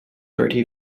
bertie